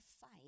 fight